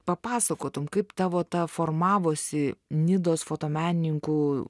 papasakotum kaip tavo ta formavosi nidos fotomenininkų